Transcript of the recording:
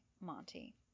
Monty